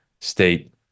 state